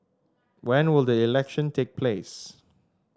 when will the election take place